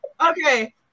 Okay